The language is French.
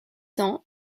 cents